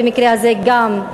ובמקרה הזה גם,